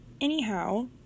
Anyhow